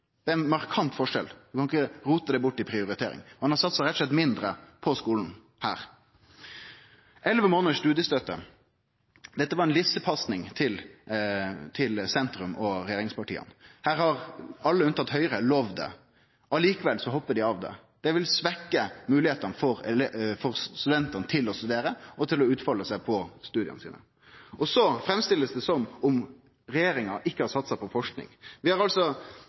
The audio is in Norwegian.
Det er ein markant forskjell. Ein kan ikkje rote det bort i prioritering. Ein har rett og slett satsa mindre på skolen. Så til elleve månaders studietøtte. Dette var ei lissepasning til sentrum og regjeringspartia. Her har alle unntatt Høgre lovt det, og likevel hoppar dei av det. Det vil svekkje moglegheitene for studentane til å studere og til å utfalde seg i studia sine. Så blir det framstilt som om regjeringa ikkje har satsa på forsking. Vi har